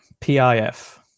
PIF